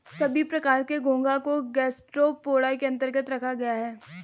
सभी प्रकार के घोंघा को गैस्ट्रोपोडा के अन्तर्गत रखा गया है